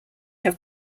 have